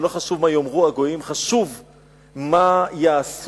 שלא חשוב מה יאמרו הגויים,